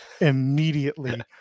immediately